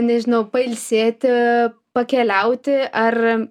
nežinau pailsėti pakeliauti ar